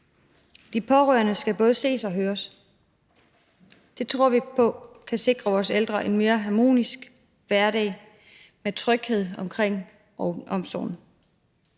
De pårørende skal både ses og høres. Det tror vi på kan sikre vores ældre en mere harmonisk hverdag med tryghed omkring omsorgen.